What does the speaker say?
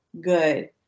good